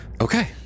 Okay